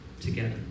together